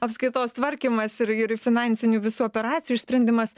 apskaitos tvarkymas ir ir finansinių visų operacijų išsprendimas